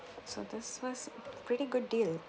so this was pretty good deal